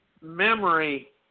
memory